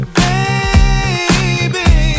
baby